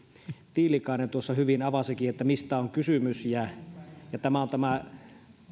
tiilikainen hyvin avasikin mistä on kysymys tämä on tämä että